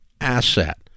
asset